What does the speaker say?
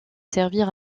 servir